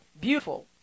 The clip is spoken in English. beautiful